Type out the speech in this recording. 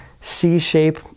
C-shape